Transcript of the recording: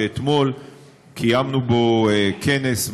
שאתמול קיימנו בו כנס,